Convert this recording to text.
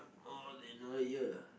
more than a year